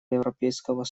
европейского